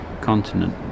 continent